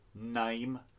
Name